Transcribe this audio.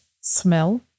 smell